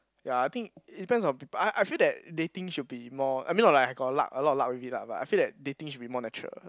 ya I think it depends on people I I feel that dating should be more I mean not like I got luck a lot of luck with it lah but I feel that dating should be more natural